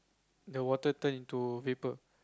the water turn into vapour